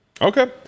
okay